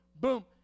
boom